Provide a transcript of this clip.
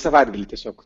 savaitgalį tiesiog